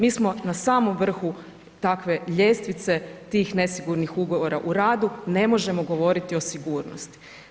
Mi smo na samom vrhu takve ljestvice tih nesigurnih ugovora u radu, ne možemo govoriti o sigurnosti.